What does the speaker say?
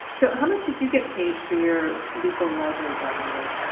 so how much did you get paid for your legal library job, new york?